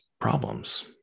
problems